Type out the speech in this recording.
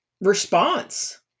Response